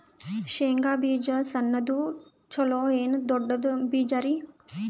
ಶೇಂಗಾ ಬೀಜ ಸಣ್ಣದು ಚಲೋ ಏನ್ ದೊಡ್ಡ ಬೀಜರಿ?